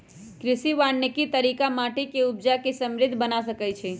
कृषि वानिकी तरिका माटि के उपजा के समृद्ध बना सकइछइ